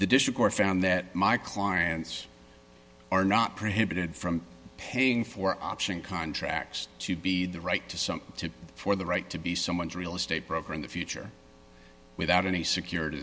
the district or found that my clients are not prohibited from paying for option contracts to be the right to some to for the right to be someone's real estate broker in the future without any securit